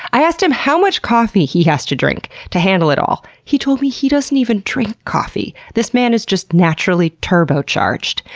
i asked him how much coffee he has to drink to handle it all? he told me he doesn't even drink coffee! this man is just naturally turbo charged.